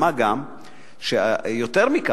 מה גם שיותר מכך,